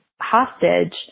hostage